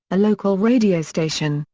a local radio station,